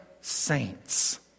saints